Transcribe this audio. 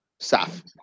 Saf